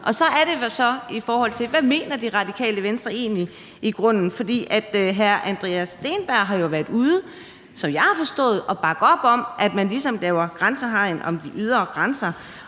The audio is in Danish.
at sikre de ydre grænser. Og hvad mener Radikale Venstre så egentlig? For hr. Andreas Steenberg har jo været ude, som jeg har forstået det, at bakke op om, at man ligesom laver grænsehegn om de ydre grænser,